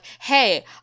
hey